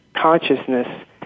consciousness